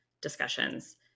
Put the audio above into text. discussions